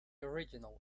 original